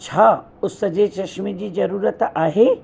छा उस जे चश्मे जी ज़रूरत आहे